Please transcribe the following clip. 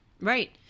Right